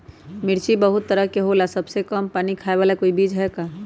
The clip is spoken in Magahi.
मिर्ची बहुत तरह के होला सबसे कम पानी खाए वाला कोई बीज है का?